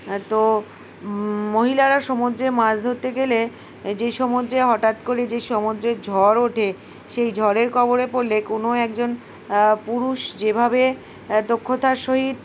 তো মহিলারা সমুদ্রে মাছ ধরতে গেলে যে সমুদ্রে হঠাৎ করে যে সমুদ্রের ঝড় ওঠে সেই ঝড়ের কবলে পড়লে কোনো একজন পুরুষ যেভাবে দক্ষতার সহিত